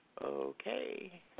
Okay